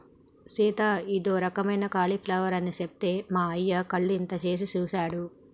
సీత ఇదో రకమైన క్యాలీఫ్లవర్ అని సెప్తే మా అయ్య కళ్ళు ఇంతనేసి సుసాడు